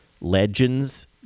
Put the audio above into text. legends